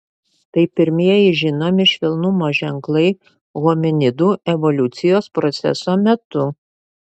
tai pirmieji žinomi švelnumo ženklai hominidų evoliucijos proceso metu